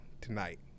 tonight